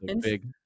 Big